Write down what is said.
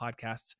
Podcasts